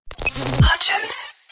Hutchins